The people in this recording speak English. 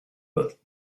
but